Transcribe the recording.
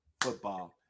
football